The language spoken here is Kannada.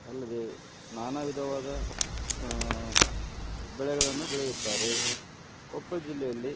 ಅಲ್ಲದೆ ನಾನಾ ವಿಧವಾದ ಬೆಳೆಗಳನ್ನು ಬೆಳೆಯುತ್ತಾರೆ ಕೊಪ್ಪಳ ಜಿಲ್ಲೆಯಲ್ಲಿ